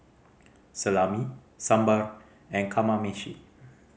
Salami Sambar and Kamameshi